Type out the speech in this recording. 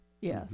Yes